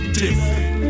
different